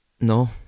No